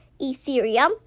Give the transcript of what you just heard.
Ethereum